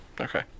Okay